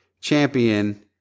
champion